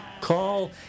call